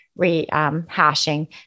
rehashing